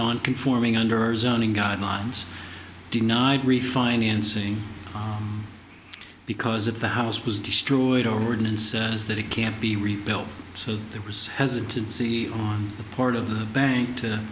non conforming under zoning guidelines denied refinancing because if the house was destroyed ordinance is that it can't be rebuilt so there was has to see on the part of the bank to